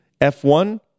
F1